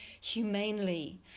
humanely